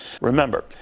remember